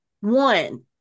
one